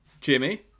Jimmy